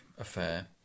affair